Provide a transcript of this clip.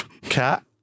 cat